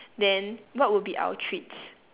then what would be our treats